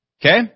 Okay